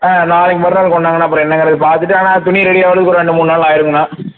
ஆ நாளைக்கு மறுநாள் கொண்டாங்கண்ணா அப்புறம் என்னங்கிறது பார்த்துட்டு ஆனால் துணி ரெடியாவறதுக்கு ஒரு ரெண்டு மூணு நாள் ஆயிடுங்கண்ணா